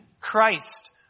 Christ